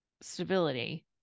stability